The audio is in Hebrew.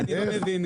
אני לא מבין.